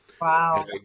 Wow